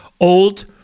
old